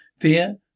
Fear